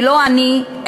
ולא אני,